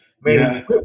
man